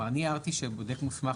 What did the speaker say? אני הערתי שבודק מוסמך,